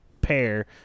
pair